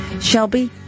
shelby